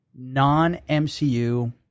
non-MCU